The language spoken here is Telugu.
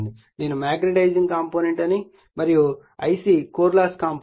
నేను మాగ్నెటైజింగ్ కాంపోనెంట్ అని పరిగణిస్తాను మరియు Ic కోర్ లాస్ కాంపోనెంట్స్